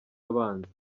abanza